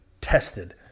tested